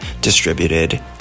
distributed